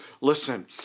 Listen